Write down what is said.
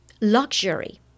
luxury